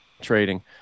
trading